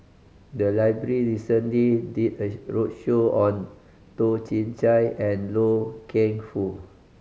the library recently did a roadshow on Toh Chin Chye and Loy Keng Foo